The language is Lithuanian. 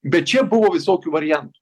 bet čia buvo visokių variantų